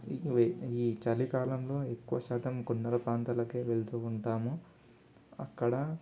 ఈ ఈ చలికాలంలో ఎక్కువ శాతం కొండల ప్రాంతాలకే వెళ్తూ ఉంటాము అక్కడ